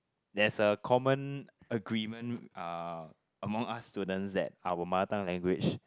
there's a common agreement uh among us students that our mother tongue language